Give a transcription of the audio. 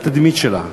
לתדמית שלה,